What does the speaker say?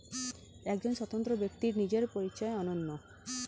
একজন স্বতন্ত্র ব্যক্তির নিজের পরিচয় অনন্য